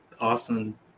awesome